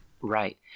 Right